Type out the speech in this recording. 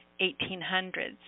1800s